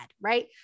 right